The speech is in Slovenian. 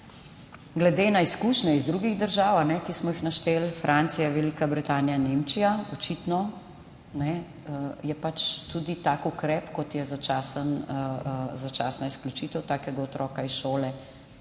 Glede na izkušnje iz drugih držav, ki smo jih našteli, Francija, Velika Britanija, Nemčija, je očitno pač tudi tak ukrep, kot je začasna izključitev takega otroka iz šole,